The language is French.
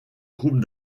groupe